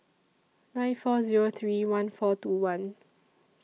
nine four Zero three one four two one